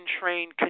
train